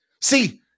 See